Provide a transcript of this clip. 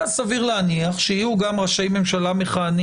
ואז סביר להניח שיהיו גם ראשי ממשלה מכהנים